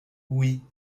oui